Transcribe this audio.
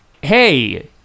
Hey